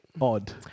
odd